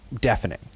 deafening